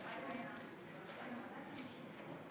לוועדת הפנים והגנת הסביבה נתקבלה.